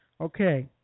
Okay